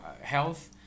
health